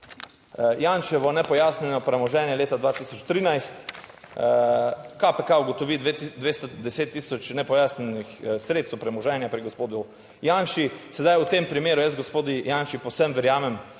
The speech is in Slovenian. Janševo nepojasnjeno premoženje leta 2013 KPK ugotovi 210 tisoč nepojasnjenih sredstev premoženja pri gospodu Janši. Sedaj v tem primeru jaz gospodu Janši povsem verjamem,